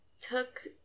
took